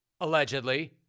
Allegedly